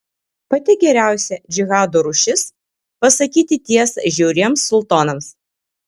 pati geriausia džihado rūšis pasakyti tiesą žiauriems sultonams